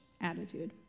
attitude